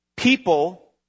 People